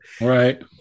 Right